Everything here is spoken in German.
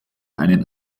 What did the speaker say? einen